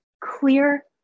clear